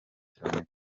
cyane